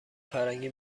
فرنگی